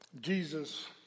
Jesus